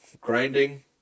grinding